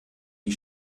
die